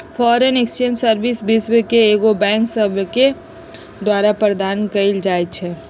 foreign exchange service विश्व के कएगो बैंक सभके द्वारा प्रदान कएल जाइ छइ